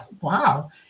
wow